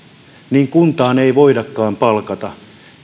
niin kuntaan ei voidakaan palkata